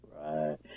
Right